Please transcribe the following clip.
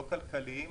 לא כלכליים,